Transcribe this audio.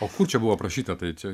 o kur čia buvo aprašyta tai čia